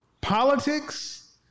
politics